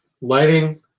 lighting